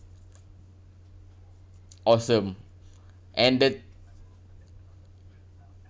awesome and the